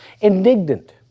Indignant